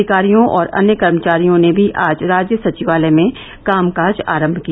अधिकारियों और अन्य कर्मचारियों ने भी आज राज्य सचिवालय में कामकाज आरम किया